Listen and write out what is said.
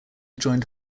joined